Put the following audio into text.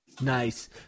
Nice